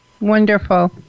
Wonderful